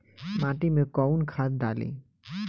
माटी में कोउन खाद डाली?